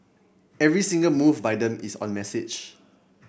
every single move by them is on message